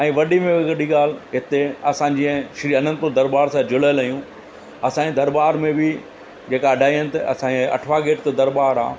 ऐं वॾी में बि वॾी ॻाल्हि हिते असां जीअं श्री अनंदपुर दरॿार सां जुड़ियलु आहियूं असांजे दरॿार में बि जेका अढाई अंत असांजे अठवा गेट त दरॿार आहे